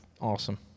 Awesome